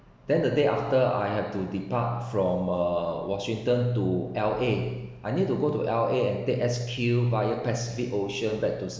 then the day after I had to depart from ah washington to L_A I need to go to L_A and take S_Q via pacific ocean back to